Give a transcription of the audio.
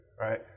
right